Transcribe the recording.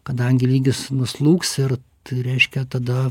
kadangi lygis nuslūgs ir tai reiškia tada